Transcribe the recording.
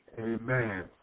amen